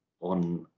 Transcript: on